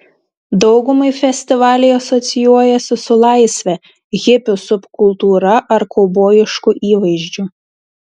daugumai festivaliai asocijuojasi su laisve hipių subkultūra ar kaubojišku įvaizdžiu